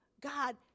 God